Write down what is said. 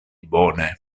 bone